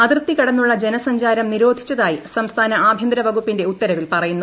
അതിർത്തികടന്നുള്ള ജനസഞ്ചാരം നിരോധിച്ചതായി സംസ്ഥാന ആഭൃത്തര വകുപ്പിന്റെ ഉത്തരവിൽ പറയുന്നു